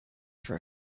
for